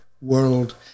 world